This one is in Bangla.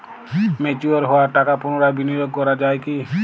ম্যাচিওর হওয়া টাকা পুনরায় বিনিয়োগ করা য়ায় কি?